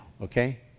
okay